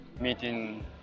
meeting